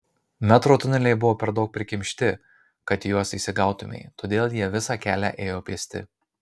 metro tuneliai buvo per daug prikimšti kad į juos įsigautumei todėl jie visą kelią ėjo pėsti